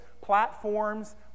platforms